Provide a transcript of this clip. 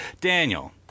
Daniel